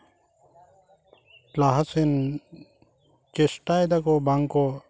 ᱞᱟᱦᱟ ᱥᱮᱱ ᱪᱮᱥᱴᱟᱭ ᱫᱟᱠᱚ ᱵᱟᱝᱠᱚ